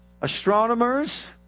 Astronomers